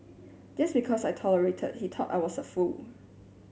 just because I tolerated he thought I was a fool